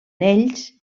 ells